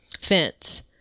fence